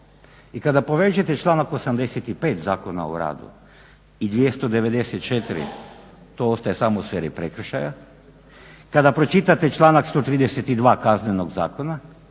I kada povežete članak 85. Zakona o radu i 294. to ostaje samo u sferi prekršaja, kada pročitate članak 132. Kaznenog zakona